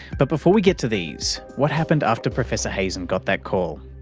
but before we get to these, what happened after professor hazen got that call?